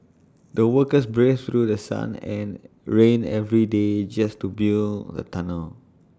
the workers braved through The Sun and rain every day just to build A tunnel